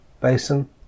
Basin